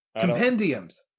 Compendiums